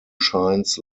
shines